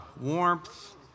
Warmth